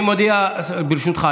ברשותך,